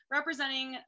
representing